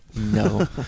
No